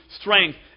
strength